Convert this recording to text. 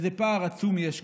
איזה פער עצום יש כאן.